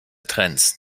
trends